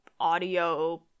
audio